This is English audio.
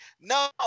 No